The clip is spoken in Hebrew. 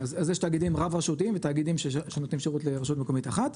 אז יש תאגידים רב-רשותיים ותאגידים של רשות מקומית אחת.